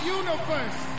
universe